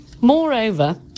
Moreover